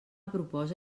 proposa